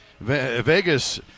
Vegas